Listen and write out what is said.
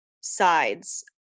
sides